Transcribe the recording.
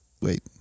Wait